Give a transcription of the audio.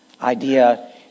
idea